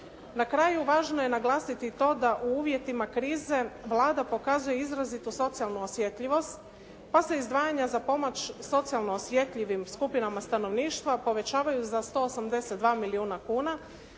Na kraju, važno je naglasiti i to da u uvjetima krize Vlada pokazuje izrazitu socijalnu osjetljivost, pa se izdvajanja za pomoć socijalno osjetljivim skupinama stanovništva povećavaju za 182 milijuna kuna